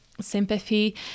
sympathy